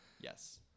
Yes